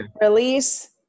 Release